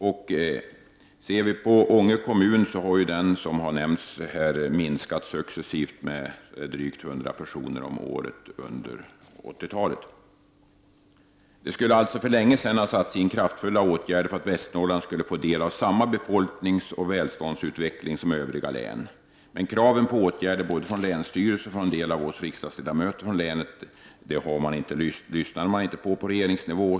Om vi ser till Ånge kommun har befolkningen minskats successivt med drygt 100 personer om året under 1980-talet. Det borde för länge sedan ha satts in kraftfulla åtgärder för att Västernorrland skulle ha fått del av samma befolkningsoch välståndsutveckling som övriga län. Men kraven på åtgärder både från länsstyrelsen och från en del av oss riksdagsledamöter från länet har man på regeringsnivå inte lyssnat till.